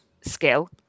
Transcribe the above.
skill